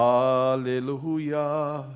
Hallelujah